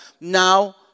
now